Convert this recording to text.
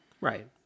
right